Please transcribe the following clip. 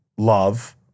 Love